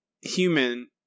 human